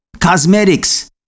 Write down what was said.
cosmetics